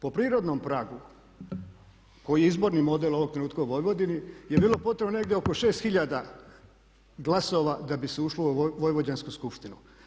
Po prirodnom pragu koji je izborni model ovog trenutka u Vojvodini je bilo potrebno negdje oko 6 tisuća glasova da bi se ušlo u Vojvođansku skupštinu.